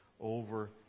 over